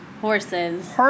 Horses